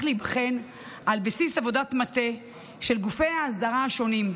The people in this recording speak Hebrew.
להיבחן על בסיס עבודת מטה של גופי האסדרה השונים,